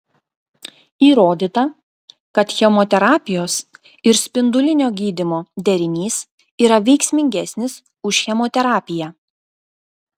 įrodyta kad chemoterapijos ir spindulinio gydymo derinys yra veiksmingesnis už chemoterapiją